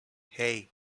hey